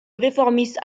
réformiste